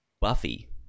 Buffy